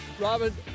Robin